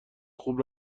خوب